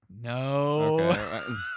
No